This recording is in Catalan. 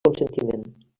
consentiment